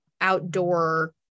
outdoor